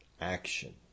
action